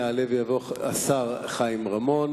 יעלה ויבוא השר חיים רמון,